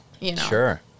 Sure